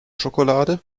schokolade